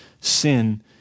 sin